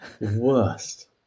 Worst